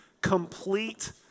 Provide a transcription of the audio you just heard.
complete